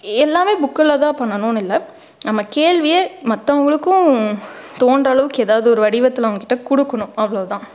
எல்லாமே புக்கில் தான் பண்ணனுன்னு இல்லை நம்ம கேள்வியே மற்றவங்களுக்கும் தோன்ற அளவுக்கு எதாவது ஒரு வடிவத்தில் அவங்க கிட்ட கொடுக்கணும் அவ்வளோதான்